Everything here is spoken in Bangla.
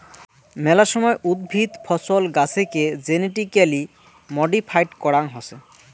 মেলা সময় উদ্ভিদ, ফছল, গাছেকে জেনেটিক্যালি মডিফাইড করাং হসে